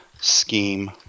Scheme